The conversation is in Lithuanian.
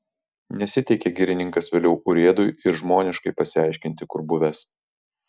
nesiteikė girininkas vėliau urėdui ir žmoniškai pasiaiškinti kur buvęs